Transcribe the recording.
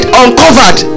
uncovered